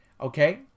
Okay